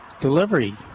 delivery